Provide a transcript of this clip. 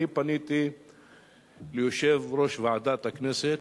אני פניתי ליושב-ראש ועדת הכנסת,